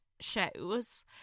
shows